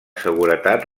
seguretat